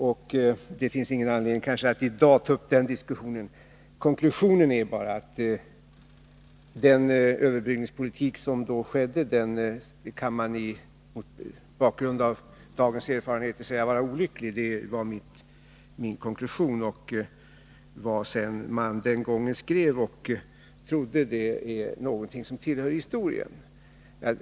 Det finns kanske ingen anledning att i dag ta upp den diskussionen. Den överbryggningspolitik som då fördes kan, mot bakgrund av dagens erfarenheter, sägas vara olycklig. Det var min konklusion, och vad man sedan den gången beslöt är någonting som tillhör historien.